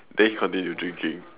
then he continued drinking